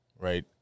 right